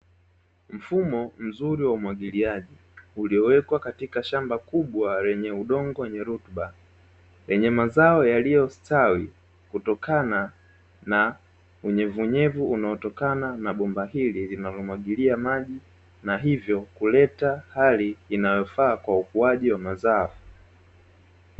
Mfumo mzuri wa umwagiliaji uliyowekwa katika shamba kubwa lenye udongo wenye rutuba, lenye mazao yaliyostawi kutokana na unyevunyevu unaotokana na bomba hili linalomwagilia maji na hivyo, kuleta hali inayofaa kwa ukuaji wa mazao.